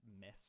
mess